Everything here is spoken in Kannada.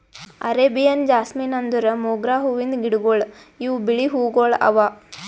ಅರೇಬಿಯನ್ ಜಾಸ್ಮಿನ್ ಅಂದುರ್ ಮೊಗ್ರಾ ಹೂವಿಂದ್ ಗಿಡಗೊಳ್ ಇವು ಬಿಳಿ ಹೂವುಗೊಳ್ ಅವಾ